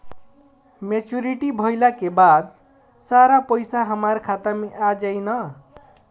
Maturity भईला के बाद सारा पईसा हमार खाता मे आ जाई न?